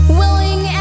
willing